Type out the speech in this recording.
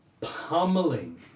pummeling